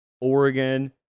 Oregon